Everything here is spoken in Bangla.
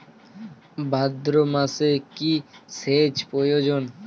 ভাদ্রমাসে কি সেচ প্রয়োজন?